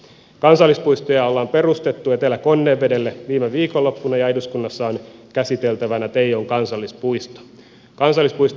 kansallispuisto ollaan perustettu etelä konnevedelle viime viikonloppuna ja eduskunnassa on käsiteltävänä teijon kansallispuisto